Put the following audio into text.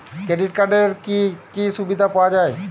Credit কার্ডের কি কি সুবিধা পাওয়া যায়?